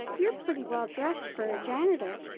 you're pretty well-dressed for a janitor.